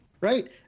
right